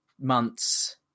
months